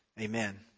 Amen